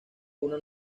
una